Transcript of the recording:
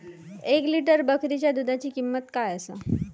एक लिटर बकरीच्या दुधाची किंमत काय आसा?